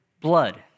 blood